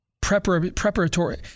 preparatory